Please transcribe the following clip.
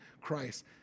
Christ